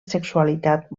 sexualitat